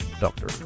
Doctor